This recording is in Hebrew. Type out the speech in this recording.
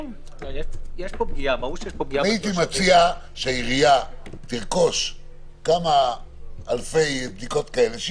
הייתי מציע שהעירייה תרכוש כמה אלפי בדיקות כאלה.